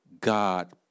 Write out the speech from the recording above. God